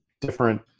different